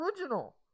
original